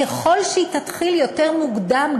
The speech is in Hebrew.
ככל שהיא תתחיל יותר מוקדם,